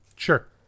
Sure